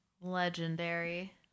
legendary